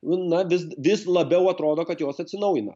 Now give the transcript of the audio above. na vis vis labiau atrodo kad jos atsinaujina